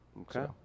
Okay